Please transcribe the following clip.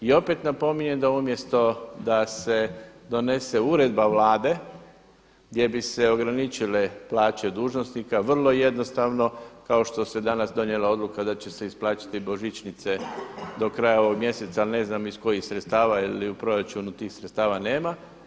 I opet napominjem da umjesto da se donese uredba Vlade gdje bi se ograničile plaće dužnosnika vrlo jednostavno kao što se danas donijela odluka da će se isplatiti božićnice do kraja ovog mjeseca ali ne znam iz kojih sredstava jer u proračunu tih sredstva nema.